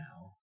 now